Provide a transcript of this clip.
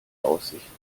aussichten